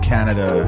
Canada